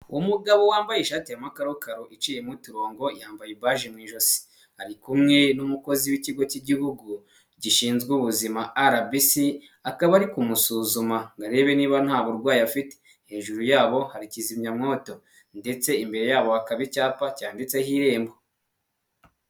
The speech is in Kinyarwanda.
Umugabo wambaye ishati ya makarokaro iciyemo uturongo yambaye ibaje mu ijosi. Ari kumwe n'umukozi w'ikigo cy'igihugu gishinzwe ubuzima arabisi akaba ari kumusuzuma ngo arebe niba nta burwayi afite. Hejuru yabo hari kizimyamwoto ndetse imbere yabo hakaba icyapa cyanditseho irembo.